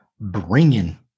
bringing